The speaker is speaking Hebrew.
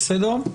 בסדר?